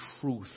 truth